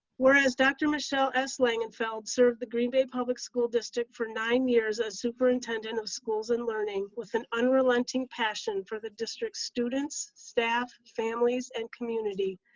whereas dr. michelle s. langenfeld served the bay public school district for nine years as superintendent of schools and learning with an unrelenting passion for the district's students, staff, families and community,